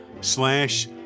Slash